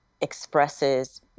expresses